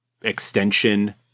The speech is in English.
extension